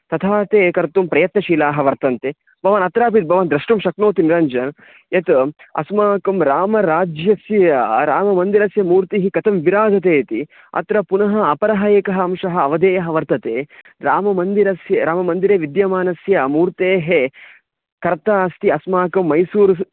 तथा ते कर्तुं प्रयत्नशीलाः वर्तन्ते भवानत्रापि भवान् द्रष्टुं शक्नोति निरञ्जनः यत् अस्माकं रामराज्यस्य राममन्दिरस्य मूर्तिः कथं विराजते इति अत्र पुनः अपरः एकः अंशः अवधेयः वर्तते राममन्दिरस्य राममन्दिरे विद्यमानस्य मूर्तेः कर्ता अस्ति अस्माकं मैसूर् स्